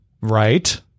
Right